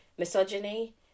misogyny